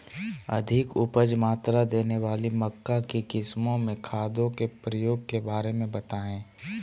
अधिक उपज मात्रा देने वाली मक्का की किस्मों में खादों के प्रयोग के बारे में बताएं?